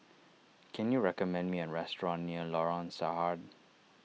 can you recommend me a restaurant near Lorong Sarhad